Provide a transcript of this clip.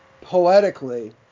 poetically